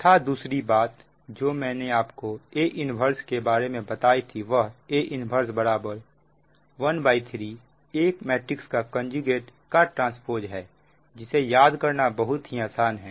तथा दूसरी बात जो मैंने आपको A 1 के बारे में बताई थी वह A 1 13 A conjugateT है जिसे याद करना बहुत ही आसान है